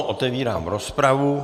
Otevírám rozpravu.